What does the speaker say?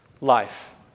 life